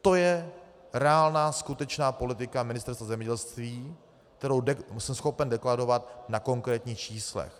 To je reálná, skutečná politika Ministerstva zemědělství, kterou jsem schopen deklarovat na konkrétních číslech.